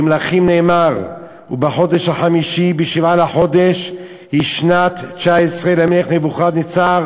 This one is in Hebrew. במלכים נאמר: "ובחדש החמישי בשבעה לחדש בשנת תשע עשרה למלך נבוכדנאצר